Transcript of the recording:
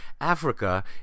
Africa